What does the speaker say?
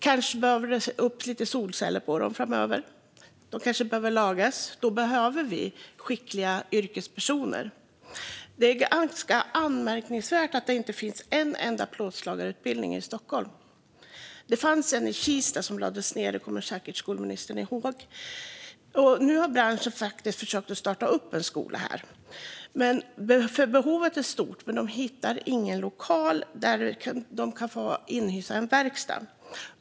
Kanske behöver det komma upp lite solceller på dem framöver. De kanske behöver lagas. Då behöver vi skickliga yrkespersoner. Det är ganska anmärkningsvärt att det inte finns en enda plåtslagarutbildning i Stockholm. Det fanns en i Kista, som lades ned. Det kommer säkert skolministern ihåg. Nu har branschen faktiskt försökt starta en skola här, för behovet är stort. Men de hittar ingen lokal där de kan inhysa en verkstad.